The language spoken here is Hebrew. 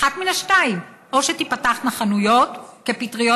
אחת מן השתיים: או שתיפתחנה חנויות כפטריות